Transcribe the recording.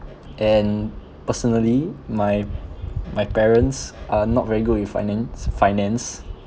and personally my my parents are not very good with finance finance